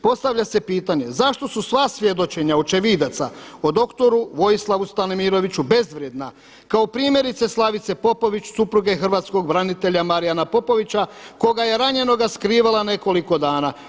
Postavlja se pitanje zašto su sva svjedočenja očevidaca o doktoru Vojislavu Stanimiroviću bezvrijedna kao primjerice Slavice Popović supruge hrvatskog branitelja Marijana Popovića koga je ranjenoga skrivala nekoliko dana.